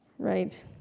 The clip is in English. Right